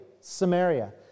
Samaria